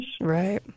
Right